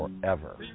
forever